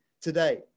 today